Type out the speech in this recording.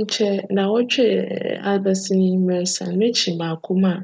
Nkyj ndaawctwe a abasin yi, meresan m'ekyir m'akc mu a,